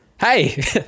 Hey